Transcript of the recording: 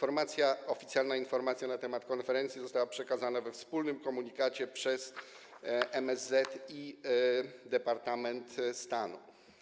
Oficjalna informacja na temat konferencji została przekazana we wspólnym komunikacie przez MSZ i Departament Stanu.